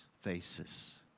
faces